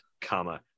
Comma